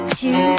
two